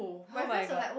oh-my-god